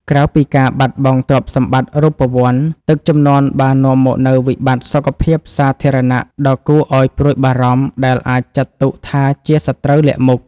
ក្រៅពីការបាត់បង់ទ្រព្យសម្បត្តិរូបវន្ត ទឹកជំនន់បាននាំមកនូវវិបត្តិសុខភាពសាធារណៈដ៏គួរឱ្យព្រួយបារម្ភ ដែលអាចចាត់ទុកថាជាសត្រូវលាក់មុខ។